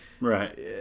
Right